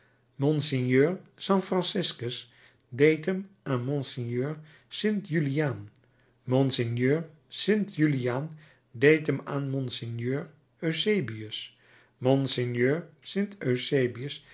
st franciscus deed hem aan monseigneur st juliaan monseigneur st juliaan deed hem aan monseigneur st eusebius monseigneur